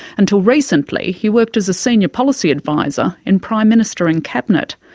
until recently, he worked as a senior policy advisor in prime minister and cabinet.